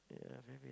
yeah very weird